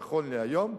נכון להיום,